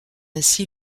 ainsi